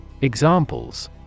Examples